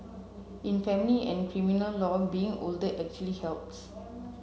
in family and criminal law being older actually helps